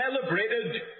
celebrated